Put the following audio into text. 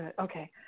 okay